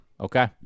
Okay